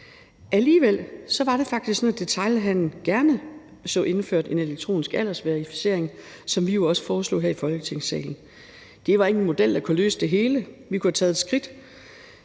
Alligevel var det faktisk sådan, at detailhandelen gerne så indført en elektronisk aldersverificering, som vi jo også foreslog her i Folketingssalen. Det var ikke en model, der kunne løse det hele. Vi kunne have taget et skridt.